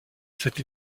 cette